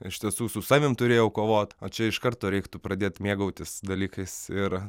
iš tiesų su savim turėjau kovot o čia iš karto reiktų pradėt mėgautis dalykais ir